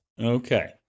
Okay